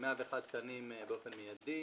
באופן מיידי